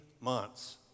months